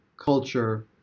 culture